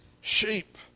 sheep